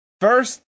first